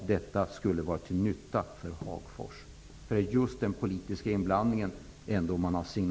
Det skulle vara till nytta för Hagfors. Man signalerar ju stor oro för den politiska inblandningen.